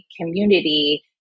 community